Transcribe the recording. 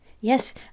Yes